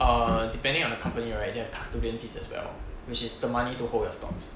err depending on the company right they have custodian fees as well which is the money to hold your stocks